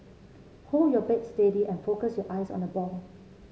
hold your bat steady and focus your eyes on the ball